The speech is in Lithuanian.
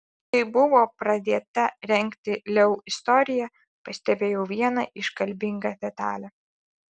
kai buvo pradėta rengti leu istorija pastebėjau vieną iškalbingą detalę